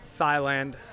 Thailand